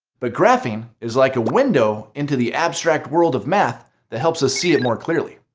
but graphing is like a window into the abstract world of math that helps us see it more clearly.